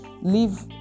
Leave